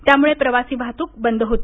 त्यामुळे प्रवासी वाहतूक बंद होती